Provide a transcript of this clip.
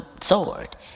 sword